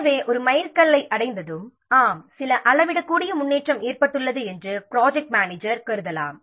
எனவே ஒரு மைல்கல்லை அடைந்ததும் சில அளவிடக்கூடிய முன்னேற்றம் ஏற்பட்டுள்ளது என்று ப்ராஜெக்ட் மேனேஜர் கருதலாம்